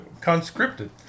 conscripted